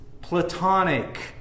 platonic